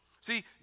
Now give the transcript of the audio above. See